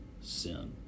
sin